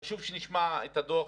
חשוב שנשמע את הדוח,